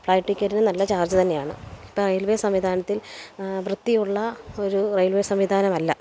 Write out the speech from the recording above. flight ടിക്കറ്റിന് നല്ല charge തന്നെയാണ് ഇപ്പോൾ റെയിൽവേ സംവിധാനത്തിൽ വൃത്തിയുള്ള ഒരു റെയിൽവേ സംവിധാനം അല്ല